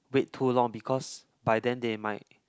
wait too long because by then they might